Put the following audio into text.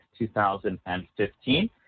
2015